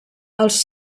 els